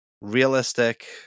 realistic